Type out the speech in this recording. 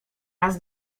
nas